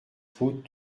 route